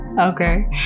Okay